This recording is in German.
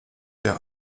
der